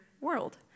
world